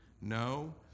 no